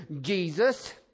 Jesus